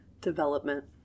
Development